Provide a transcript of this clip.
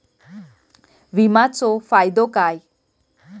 विमाचो फायदो काय?